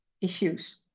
issues